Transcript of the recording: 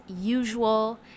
usual